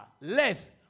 less